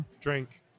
Drink